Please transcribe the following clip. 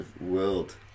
World